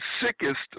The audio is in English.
sickest